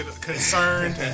concerned